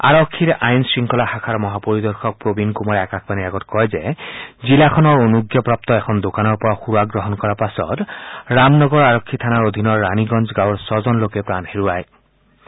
আৰক্ষীৰ আইন শংখলা শাখাৰ মহাপৰিদৰ্শক প্ৰবীণ কুমাৰে আকাশবাণীৰ আগত কয় যে জিলাখনৰ অনুজাপ্ৰাপ্ত এখন দোকানৰ পৰা সুৰা গ্ৰহণ কৰাৰ পাছত ৰামনগৰ আৰক্ষী থানাৰ অধীনৰ ৰাণীগঞ্জ গাঁৱৰ ছজন লোকে প্ৰাণ হেৰুৱাইছে